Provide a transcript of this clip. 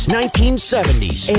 1970s